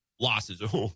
losses